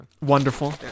Wonderful